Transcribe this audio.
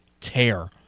tear